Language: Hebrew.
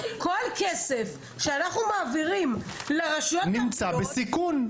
כל כסף שאנחנו מעבירים לרשויות הערביות --- נמצא בסיכון.